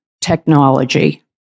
technology